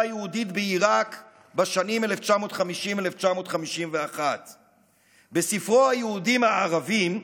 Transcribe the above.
היהודית בעיראק בשנים 1950 1951. בספרו "היהודים-הערבים",